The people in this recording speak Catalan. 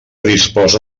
disposa